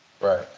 Right